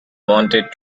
wanted